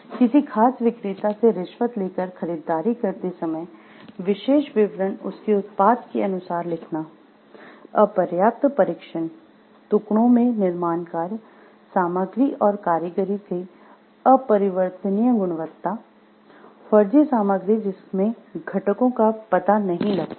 किसी खास विक्रेता से रिश्वत लेकर खरीददारी करते समय विशेष विवरण उसके उत्पाद के अनुसार लिखना अपर्याप्त परीक्षण टुकड़ों में निर्माणकार्य सामग्री और कारीगरी की परिवर्तनीय गुणवत्ता फर्जी सामग्री जिसमे घटकों का पता नहीं लगता हैं